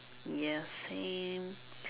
ya same